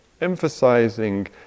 emphasizing